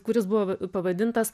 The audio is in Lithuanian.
kuris buvo v pavadintas